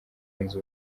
yunze